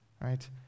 right